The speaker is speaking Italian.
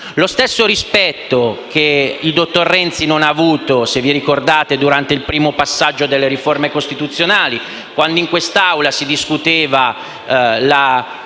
Lo stesso rispetto che il dottor Renzi non ha avuto, se vi ricordate, durante il primo passaggio della riforma costituzionale, quando in quest'Aula si discuteva la